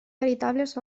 veritables